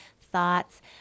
thoughts